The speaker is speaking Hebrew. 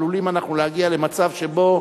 עלולים אנחנו להגיע למצב שבו